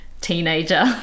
teenager